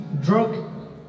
drug